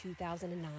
2009